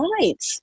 right